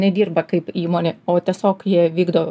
nedirba kaip įmonė o tiesiog jie vykdo